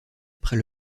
après